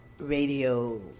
Radio